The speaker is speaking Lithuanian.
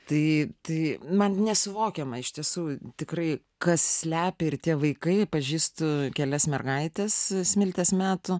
tai tai man nesuvokiama iš tiesų tikrai kas slepia ir tie vaikai pažįstu kelias mergaites smiltės metų